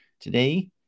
Today